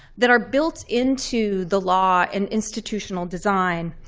that are built into the law and institutional design,